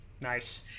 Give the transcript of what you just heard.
Nice